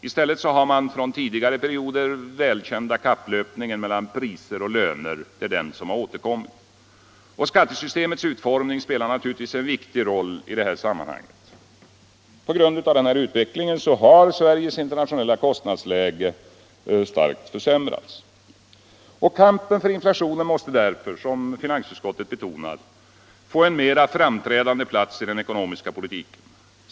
I stället har den från tidigare perioder välkända kapplöpningen mellan priser och löner återkommit. Skattesystemets utformning spelar naturligtvis också en viktig roll i sammanhanget. På grund av denna utveckling har Sveriges internationella kostnadsläge starkt försämrats. Kampen mot inflationen måste därför, som finansutskottet betonar, få en mer framträdande plats i den ekonomiska politiken.